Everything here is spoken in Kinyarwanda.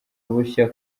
bushya